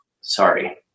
sorry